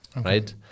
right